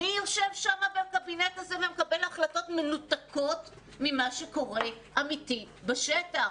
מי יושב שם בקבינט הזה ומקבל החלטות מנותקות ממה שקורה באמת בשטח?